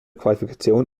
qualifikation